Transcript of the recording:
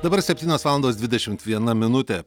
dabar septynios valandos dvidešimt viena minutė